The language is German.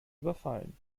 überfallen